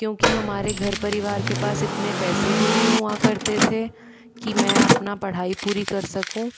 क्योंकि हमारे घर परिवार के पास इतने पैसे भी नहीं हुआ करते थे कि मैं अपना पढ़ाई पूरी कर सकूँ